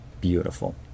beautiful